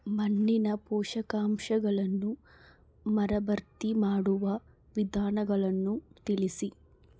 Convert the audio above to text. ಮಣ್ಣಿನ ಪೋಷಕಾಂಶಗಳನ್ನು ಮರುಭರ್ತಿ ಮಾಡುವ ವಿಧಾನಗಳನ್ನು ತಿಳಿಸಿ?